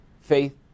faith